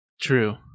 True